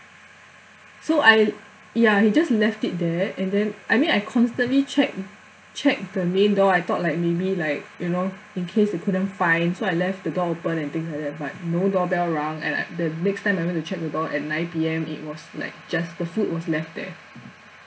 so I ya he just left it there and then I mean I constantly checked checked the main door I thought like maybe like you know in case he couldn't find so I left the door open and things like that but no doorbell rung and I the next time I went to check the door at nine P_M it was like just the food was left there